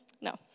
No